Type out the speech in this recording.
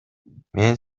мен